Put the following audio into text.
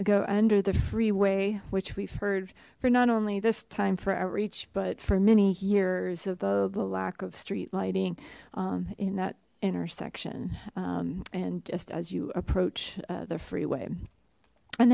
go under the freeway which we've heard for not only this time for outreach but for many years of the lack of street lighting um in that intersection um and just as you approach the freeway and